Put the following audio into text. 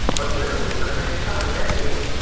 but literally for the next couple of decades,